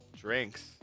Drinks